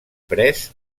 pres